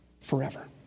forever